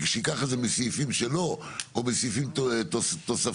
שייקח את זה מסעיפים שלו, או מסעיפים תוספתיים?